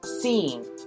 seen